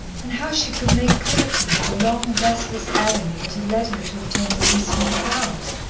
and how she could make clear to her the long, restless agony that had led her to obtain release from her vows.